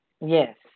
Yes